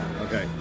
Okay